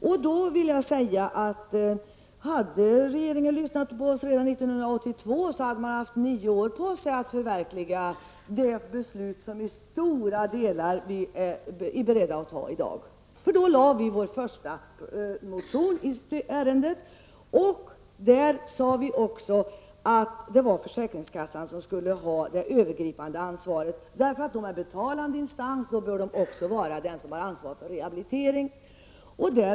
Om regeringen hade lyssnat på oss redan 1982, skulle man alltså ha haft nio år på sig att i stora delar förverkliga det beslut som vi är beredda att fatta i dag. Då lämnade vi vår första motion i ärendet. Där sade vi att Försäkringskassan skall ha det övergripande ansvaret. Försäkringskassan är den betalande instansen, och därför bör den också vara den som har ansvaret för rehabilitering.